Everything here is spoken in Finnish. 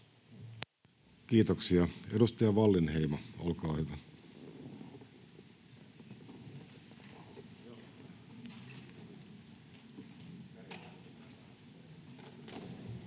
Kiitoksia. — Edustaja Wallinheimo, olkaa hyvä. Arvoisa